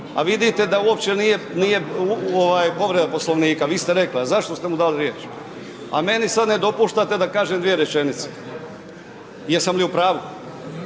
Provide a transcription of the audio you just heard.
a vidite da uopće nije, nije ovaj povreda Poslovnika, vi ste rekli, a zašto ste mu dali riječ? A meni sad ne dopuštate da kažem dvije rečenice. Jesam li u pravu?